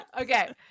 Okay